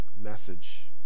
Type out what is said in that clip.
message